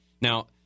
Now